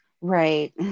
Right